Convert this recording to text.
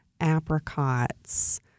apricots